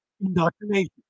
Indoctrination